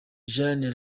jean